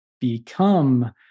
become